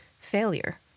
failure